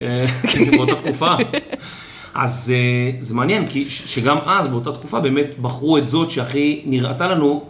אז זה מעניין כי שגם אז באותה תקופה באמת בחרו את זאת שהכי נראתה לנו.